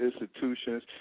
institutions